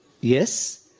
Yes